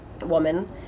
woman